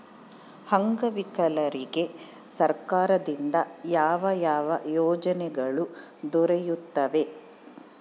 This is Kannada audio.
ಅಂಗವಿಕಲರಿಗೆ ಸರ್ಕಾರದಿಂದ ಯಾವ ಯಾವ ಯೋಜನೆಗಳು ದೊರೆಯುತ್ತವೆ?